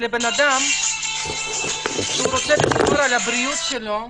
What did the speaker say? שאדם שרוצה לשמור על בריאותו,